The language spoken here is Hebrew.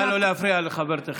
נא לא להפריע לחברתכם.